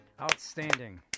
Outstanding